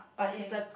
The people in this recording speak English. okay